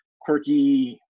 quirky